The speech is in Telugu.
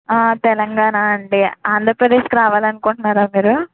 తెలంగాణ అండి ఆంధ్రప్రదేశ్కి రావాలనుకుంట్నారా మీరు